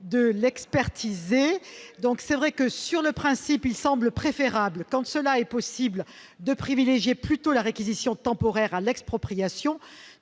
de l'expertiser. Sur le principe, il semble préférable, quand cela est possible, de privilégier la réquisition temporaire à l'expropriation.